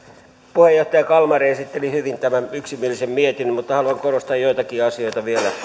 puheenjohtaja kalmari esitteli hyvin tämän yksimielisen mietinnön mutta haluan korostaa joitakin asioita vielä